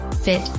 fit